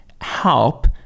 help